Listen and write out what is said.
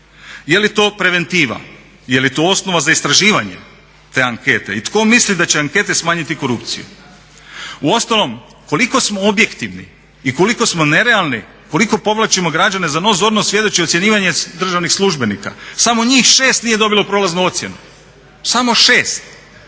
Je li to preventiva, je li to osnova za istraživanje te ankete i tko misli da će ankete smanjiti korupciju? Uostalom, koliko smo objektivni i koliko smo nerealni, koliko povlačimo građane za nos zorno svjedoči ocjenjivanje državnih službenika. Samo njih 6 nije dobilo prolaznu ocjenu, samo 6,